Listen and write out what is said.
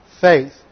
faith